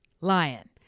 Lion